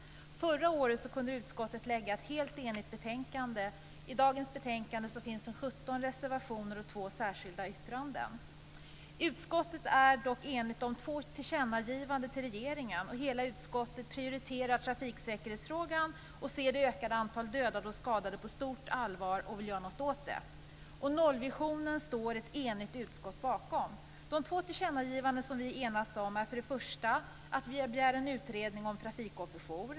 Förra året kunde utskottet lägga fram ett helt enigt betänkande. I dagens betänkande finns 17 reservationer och 2 särskilda yttranden. Utskottet är dock enigt om två tillkännagivanden till regeringen, och hela utskottet prioriterar trafiksäkerhetsfrågan och ser det ökande antalet dödade och skadade på stort allvar och vill göra något åt det. Nollvisionen står ett enigt utskott bakom. De två tillkännagivanden som vi enats om är för de första att vi begär en utredning om trafikofferjour.